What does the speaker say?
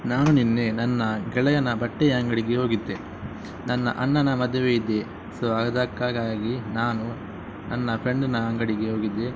ನಾನು ನಿನ್ನೆ ನನ್ನ ಗೆಳೆಯನ ಬಟ್ಟೆ ಅಂಗಡಿಗೆ ಹೋಗಿದ್ದೆ ನನ್ನ ಅಣ್ಣನ ಮದುವೆ ಇದೆ ಸೋ ಅದಕ್ಕಾಗಿ ನಾನು ನನ್ನ ಫ್ರೆಂಡ್ನ ಅಂಗಡಿಗೆ ಹೋಗಿದ್ದೆ